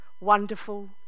wonderful